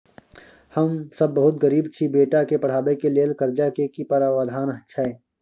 हम सब बहुत गरीब छी, बेटा के पढाबै के लेल कर्जा के की प्रावधान छै?